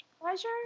pleasure